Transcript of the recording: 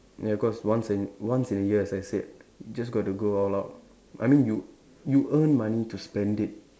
ya cause once in once in a year as I said just got to go all out I mean you you earn money to spend it